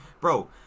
Bro